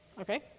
Okay